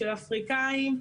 של אפריקאים,